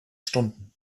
stunden